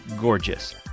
gorgeous